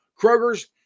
Kroger's